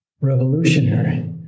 revolutionary